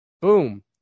Boom